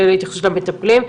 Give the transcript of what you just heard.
זה על התייחסות למטפלים,